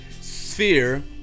sphere